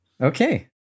Okay